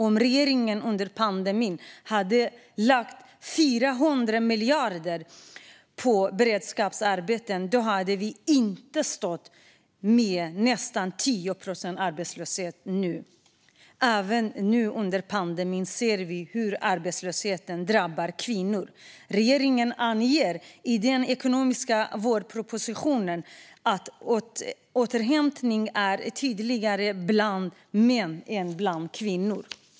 Om regeringen under pandemin hade lagt 400 miljarder på beredskapsarbeten hade vi inte stått med nästan 10 procents arbetslöshet nu. Även under pandemin ser vi hur arbetslösheten drabbar kvinnor. Regeringen anger i den ekonomiska vårpropositionen att återhämtningen är tydligare bland män än bland kvinnor.